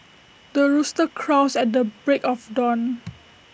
the rooster crows at the break of dawn